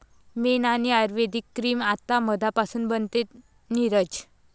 मेण आणि आयुर्वेदिक क्रीम आता मधापासून बनते, नीरज